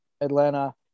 Atlanta